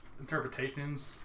interpretations